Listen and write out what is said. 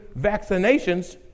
vaccinations